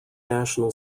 national